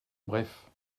bref